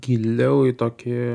giliau į tokį